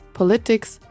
politics